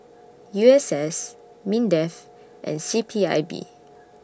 U S S Mindef and C P I B